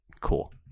Cool